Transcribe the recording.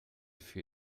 für